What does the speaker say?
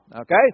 okay